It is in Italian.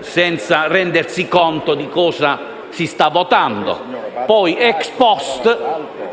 senza rendersi conto di cosa si sta votando; poi, *ex post*,